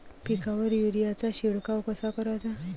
पिकावर युरीया चा शिडकाव कसा कराचा?